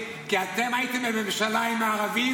כי אתם הייתם בממשלה עם הערבים ושתקתם.